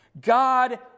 god